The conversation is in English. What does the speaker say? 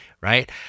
Right